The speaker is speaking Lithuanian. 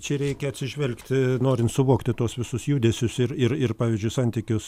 čia reikia atsižvelgti norin suvokti tuos visus judesius ir ir ir pavyzdžiui santykius